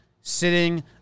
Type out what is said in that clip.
sitting